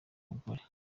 umugore